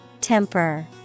Temper